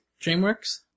DreamWorks